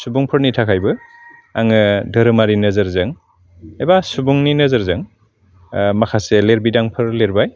सुबुंफोरनि थाखायबो आङो दोहोरोमारि नोजोरजों एबा सुबुंनि नोजोरजों माखासे लिरबिदांफोर लिरबाय